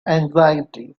anxiety